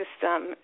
system